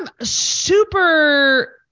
super